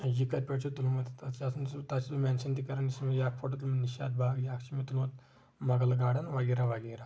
یہِ کتہِ پٮ۪ٹھ چھُ تُلمُت تتھ چھُ آسان سُہ تتھ چھُس بہٕ مینشن تہِ کران یُس مےٚ یہِ اکھ فوٹو تُلمُت نشاط باغ یہِ اکھ چھُ مےٚ تُلمُت مُغل گاڑن وغیرہ وغیرہ